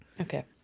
Okay